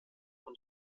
und